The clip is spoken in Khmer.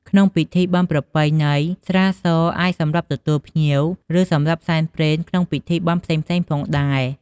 ក្នុងពិធីបុណ្យប្រពៃណី ស្រាសអាចសម្រាប់ទទួលភ្ញៀវ ឬសម្រាប់សែនព្រេនក្នុងពិធីបុណ្យផ្សេងៗផងដែរ។